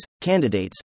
candidates